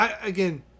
Again